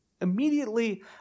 immediately